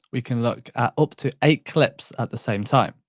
we can look at up to eight clips at the same time.